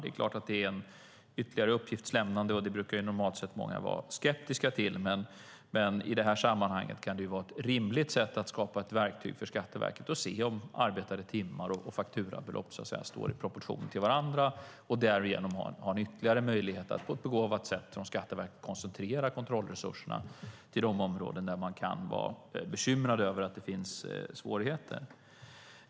Det är ytterligare ett uppgiftslämnande, och det brukar många normalt sett vara skeptiska till. Men i detta sammanhang kan det vara ett rimligt sätt att skapa ett verktyg för Skatteverket för att se om antalet arbetade timmar och fakturabelopp står i proportion till varandra. Därigenom har man ytterligare en möjlighet att på ett begåvat sätt från Skatteverket koncentrera kontrollresurserna till de områden där man kan vara bekymrad över att det finns svårigheter.